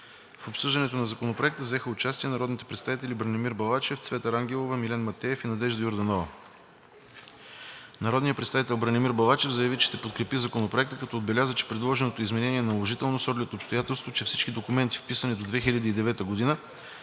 В обсъждането на Законопроекта взеха участие народните представители Бранимир Балачев, Цвета Рангелова, Милен Матеев и Надежда Йорданова. Народният представител Бранимир Балачев заяви, че ще подкрепи Законопроекта, като отбеляза, че предложеното изменение е наложително с оглед обстоятелството, че всички документи, вписани до 2009 г.,